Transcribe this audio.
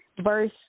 Verse